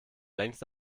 längst